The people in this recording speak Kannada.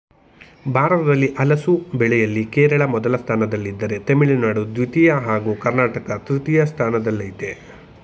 ಭಾರತದಲ್ಲಿ ಹಲಸು ಬೆಳೆಯಲ್ಲಿ ಕೇರಳ ಮೊದಲ ಸ್ಥಾನದಲ್ಲಿದ್ದರೆ ತಮಿಳುನಾಡು ದ್ವಿತೀಯ ಹಾಗೂ ಕರ್ನಾಟಕ ತೃತೀಯ ಸ್ಥಾನದಲ್ಲಯ್ತೆ